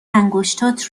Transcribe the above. انگشتات